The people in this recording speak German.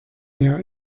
mehr